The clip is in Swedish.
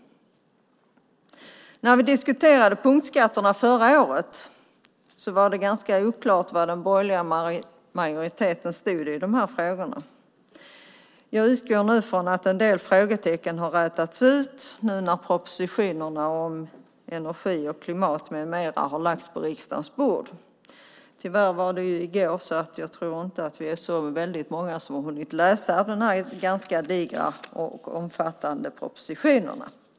När vi diskuterade punktskatterna förra året var det ganska oklart var den borgerliga majoriteten stod i de här frågorna. Jag utgår från att en del frågetecken har rätats ut nu när propositionerna om energi och klimat med mera har lagts på riksdagens bord. Tyvärr var det i går, så jag tror inte att vi är så väldigt många som har hunnit läsa de här ganska digra och omfattande propositionerna.